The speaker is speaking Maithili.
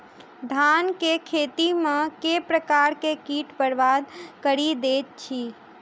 धान केँ खेती मे केँ प्रकार केँ कीट बरबाद कड़ी दैत अछि?